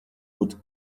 would